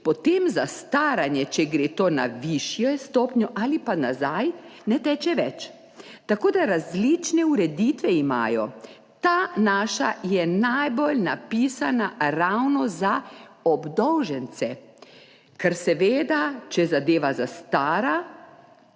potem zastaranje, če gre to na višjo stopnjo ali pa nazaj, ne teče več. Tako da različne ureditve imajo. Ta naša je najbolj napisana ravno za obdolžence, ker seveda, če zadeva zastara,